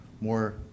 more